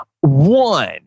one